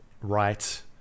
right